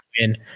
win